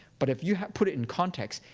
but if you put it in context,